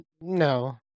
No